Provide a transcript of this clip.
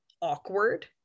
awkward